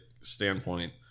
standpoint